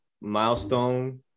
milestone